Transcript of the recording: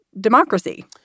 democracy